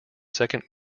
second